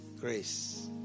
Grace